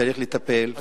שצריך לטפל,